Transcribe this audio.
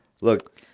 Look